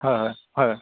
হয় হয় হয়